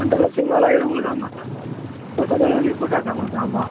ஒன்றரை லட்சத்துக்கு மேல ஆகிடும் உங்களுக்கு ஆமாம் சார் வாங்கி போட்டாக்கா உங்களுக்கு ஆமாம்